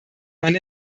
man